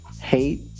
hate